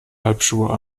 halbschuhe